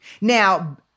Now